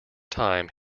time